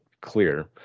clear